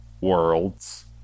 worlds